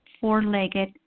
four-legged